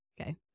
Okay